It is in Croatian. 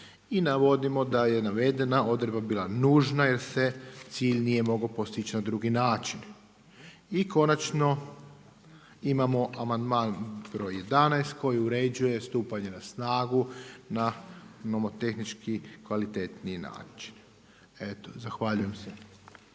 I navodimo da je navedena odredba bila nužna jer se cilj nije mogao postići na drugi način. I konačno imamo amandman broj 11. koji uređuje stupanje na snagu na nomotehnički kvalitetniji način. Eto, zahvaljujem se.